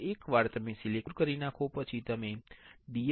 એકવાર તમે સિલિકોન ડાયોક્સાઇડને દુર કરી નાખો પછી તમે DRI